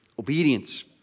Obedience